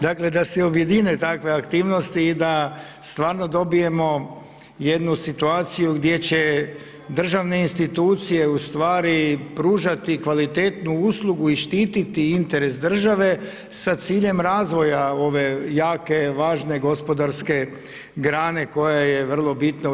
Dakle, da se objedine takve aktivnosti i da stvarno dobijemo jednu situaciju gdje će državne institucije u stvari pružati kvalitetnu uslugu i štititi interes države sa ciljem razvoja ove jake, važne gospodarske grane koja je vrlo bitna u RH.